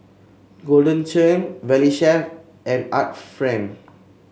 Golden Churn Valley Chef and Art Friend